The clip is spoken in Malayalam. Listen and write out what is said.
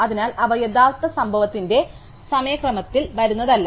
അതിനാൽ അവ യഥാർത്ഥ സംഭവത്തിന്റെ സമയക്രമത്തിൽ വരുന്നതല്ല